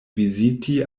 viziti